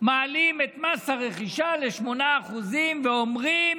מעלים את מס הרכישה ל-8% ואומרים